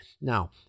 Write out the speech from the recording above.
Now